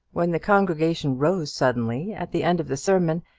when the congregation rose suddenly, at the end of the sermon,